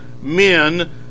men